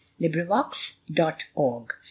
LibriVox.org